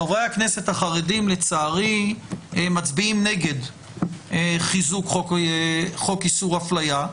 חברי הכנסת החרדים לצערי מצביעים נגד חיזוק חוק איסור הפליה.